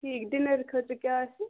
ٹھیٖک ڈِنَر خٲطرٕ کیٛاہ آسہِ